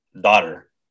daughter